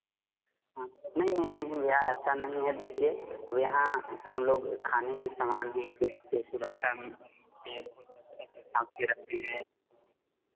हाँ नहीं नहीं नहीं यहाँ ऐसा नहीं है देखिए अब यहाँ हम लोग खाने की सामान है सुरक्षा रखते हैं